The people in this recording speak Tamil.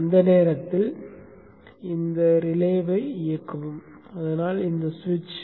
அந்த நேரத்தில் இந்த ரிலேவை இயக்கவும் அதனால் இந்த சுவிட்ச்